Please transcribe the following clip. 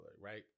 right